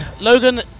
Logan